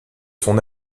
son